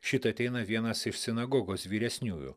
šit ateina vienas iš sinagogos vyresniųjų